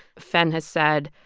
fenn has said,